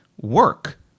work